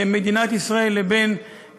ט"ו באדר